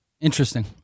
Interesting